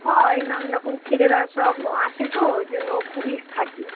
হয় নানা রকম ছেলেরা সব আসে তো ওই জন্য পুলিশ থাকে